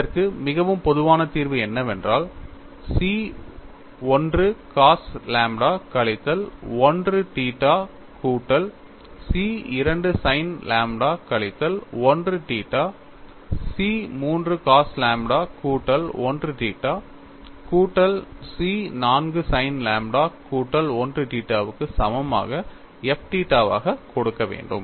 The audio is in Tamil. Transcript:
இதற்கு மிகவும் பொதுவான தீர்வு என்னவென்றால் C 1 cos லாம்ப்டா கழித்தல் 1 தீட்டா கூட்டல் C 2 sin லாம்ப்டா கழித்தல் 1 தீட்டா C 3 cos லாம்ப்டா கூட்டல் 1 தீட்டா கூட்டல் C 4 sin லாம்ப்டா கூட்டல் 1 தீட்டாவுக்கு சமமாக f தீட்டா வாக கொடுக்க வேண்டும்